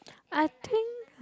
I think